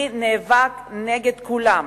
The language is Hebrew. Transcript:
אני נאבק נגד כולם.